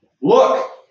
Look